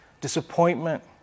disappointment